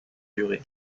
durée